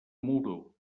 muro